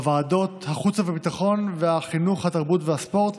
בוועדות החוץ והביטחון, החינוך והתרבות והספורט